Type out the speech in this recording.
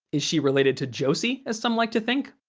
is she related to josie, as some like to think?